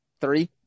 Three